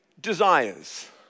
desires